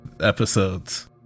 episodes